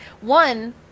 One